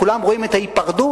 כולם רואים את ההיפרדות,